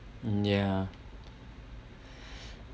ya